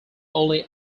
only